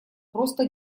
просто